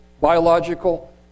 biological